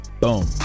boom